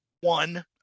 one